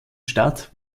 stadt